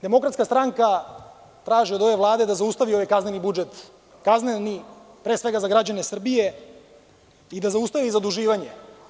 Demokratska stranka traži od ove Vlade da zaustavi ovaj kazneni budžet, kazneni pre svega za građane Srbije i da zaustavi zaduživanje.